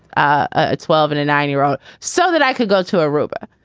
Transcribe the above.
ah twelve and a nine year old so that i could go to aruba.